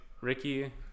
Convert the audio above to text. Ricky